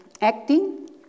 acting